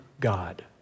God